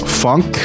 funk